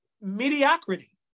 mediocrity